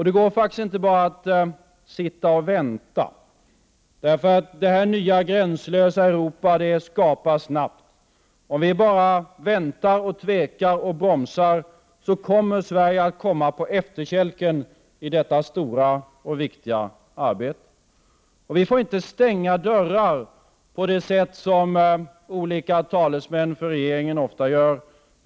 Det går faktiskt inte att bara sitta och vänta, ty det nya gränslösa Europa skapas snabbt. Om vi bara väntar, tvekar och bromsar, kommer Sverige att hamna på efterkälken i detta stora och viktiga arbete. Vi får inte stänga dörrar på det sätt som olika talesmän för regeringen ofta gör.